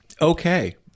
okay